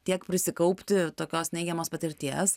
tiek prisikaupti tokios neigiamos patirties